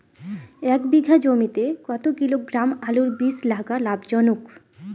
এক বিঘা জমিতে কতো কিলোগ্রাম আলুর বীজ লাগা লাভজনক?